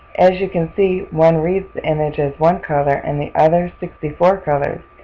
as you can see one reads the image as one color and the other sixty four colors.